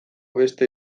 beste